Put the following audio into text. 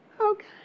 Okay